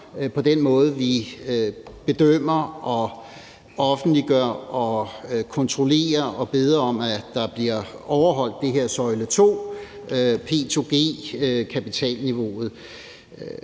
med den måde, vi bedømmer og offentliggør og kontrollerer og beder om, at der bliver overholdt det her søjle II-kapitalniveau,